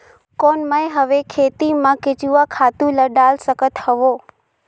कौन मैं हवे खेती मा केचुआ खातु ला डाल सकत हवो?